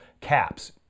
caps